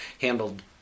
handled